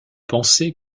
penser